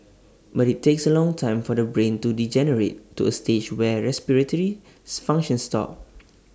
but IT takes A long time for the brain to degenerate to A stage where respiratory functions stop